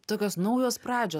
tokios naujos pradžios